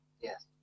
yes